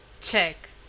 Check